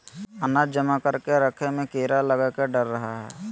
अनाज जमा करके रखय मे भी कीड़ा लगय के डर रहय हय